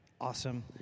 Awesome